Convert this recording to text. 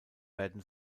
werden